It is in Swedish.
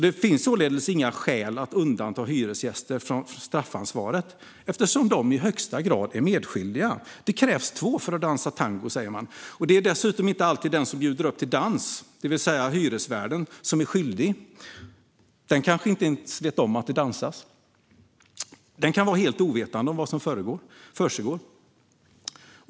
Det finns således inga skäl att undanta hyresgäster från straffansvar, eftersom de i högsta grad är medskyldiga. Det krävs två för att dansa tango, säger man, och det är dessutom inte alltid den som bjuder upp till dans, det vill säga hyresvärden, som är skyldig. Hyresvärden kanske inte ens vet om att det dansas och kan vara helt ovetande om vad som försiggår.